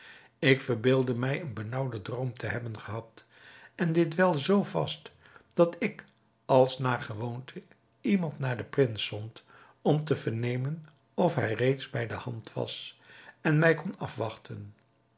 ik verbeeldde mij een benaauwden droom te hebben gehad en dit wel zoo vast dat ik als naar gewoonte iemand naar den prins zond om te vernemen of hij reeds bij de hand was en mij kon afwachten